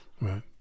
Right